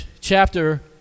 chapter